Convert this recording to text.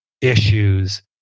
issues